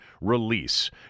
release